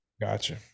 Gotcha